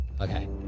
Okay